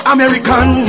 American